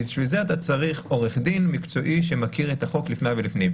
בשביל זה אתה צריך עורך דין מקצועי שמכיר את החוק לפני ולפנים.